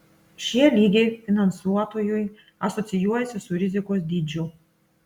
šie lygiai finansuotojui asocijuojasi su rizikos dydžiu